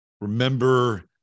Remember